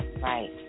Right